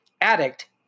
addict